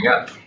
up